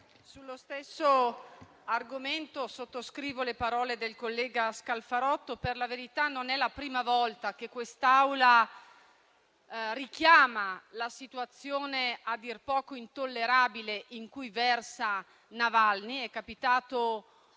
Signor Presidente, sottoscrivo le parole del collega Scalfarotto. Per la verità non è la prima volta che quest'Assemblea richiama la situazione, a dir poco intollerabile, in cui versa Navalny, com'è capitato